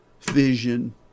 vision